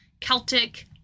Celtic